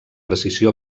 precisió